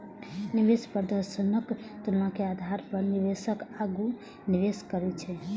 निवेश प्रदर्शनक तुलना के आधार पर निवेशक आगू निवेश करै छै